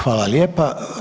Hvala lijepa.